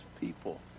people